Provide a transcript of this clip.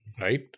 right